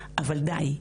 אבל די.